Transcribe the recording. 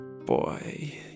boy